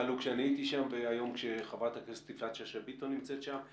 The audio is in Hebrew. עלו כשאני הייתי שם והיום כשחברת יפעת שאשא-ביטון נמצאת שם.